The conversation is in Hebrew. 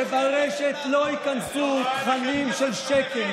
שברשת לא ייכנסו תכנים של שקר,